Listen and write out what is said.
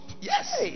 Yes